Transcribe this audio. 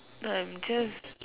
no I'm just